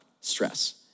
stress